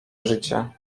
życie